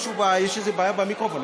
יש בעיה במיקרופון.